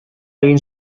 egin